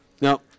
Now